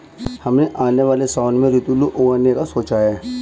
हमने आने वाले सावन में रतालू उगाने का सोचा है